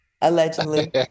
allegedly